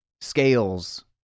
scales